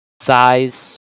size